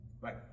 right